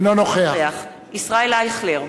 אינו נוכח ישראל אייכלר,